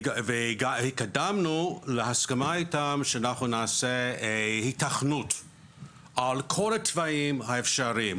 והתקדמנו להסכמה איתם שאנחנו נעשה היתכנות על כל התוואים האפשריים,